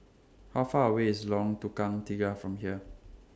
How Far away IS Lorong Tukang Tiga from here